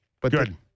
Good